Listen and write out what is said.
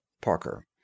Parker